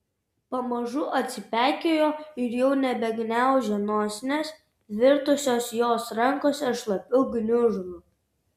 pamažu atsipeikėjo ir jau nebegniaužė nosinės virtusios jos rankose šlapiu gniužulu